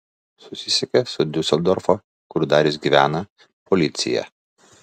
susisiekė su diuseldorfo kur darius gyvena policija